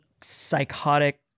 psychotic